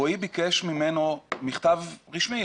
רועי ביקש ממנו מכתב רשמי,